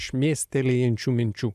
šmėstelėjančių minčių